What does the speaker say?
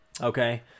Okay